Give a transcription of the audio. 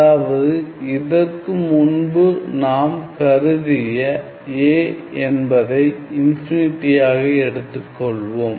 அதாவது இதற்கு முன்பு நாம் கருதிய a என்பதை இன்ஃபினிட்டியாக எடுத்துக்கொள்வோம்